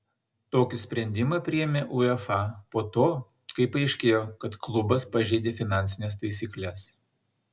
tokį sprendimą priėmė uefa po to kai paaiškėjo kad klubas pažeidė finansines taisykles